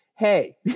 hey